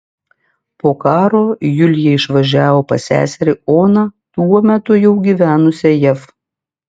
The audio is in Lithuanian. po karo julija išvažiavo pas seserį oną tuo metu jau gyvenusią jav